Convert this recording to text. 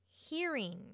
hearing